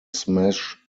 smash